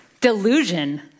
Delusion